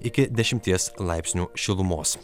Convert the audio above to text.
iki dešimties laipsnių šilumos